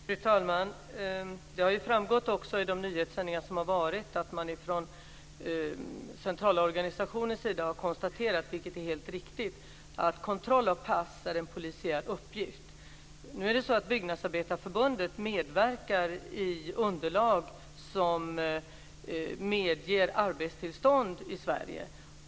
Fru talman! Det har också framgått i nyhetssändningarna att man från centralorganisationens sida har konstaterat, vilket är helt riktigt, att kontroll av pass är en polisiär uppgift. Nu är det så att Byggnadsarbetareförbundet medverkar i underlag som medger arbetstillstånd i Sverige.